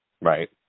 Right